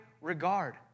regard